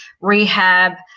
rehab